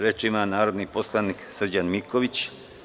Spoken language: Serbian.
Reč ima narodni poslanik Srđan Miković.